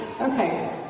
Okay